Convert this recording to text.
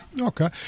Okay